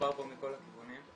מחובר בו מכל הכיוונים.